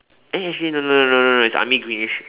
eh actually no no no no no it's army greenish